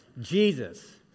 Jesus